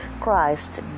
Christ